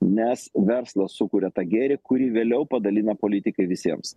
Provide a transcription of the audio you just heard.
nes verslas sukuria tą gėrį kurį vėliau padalina politikai visiems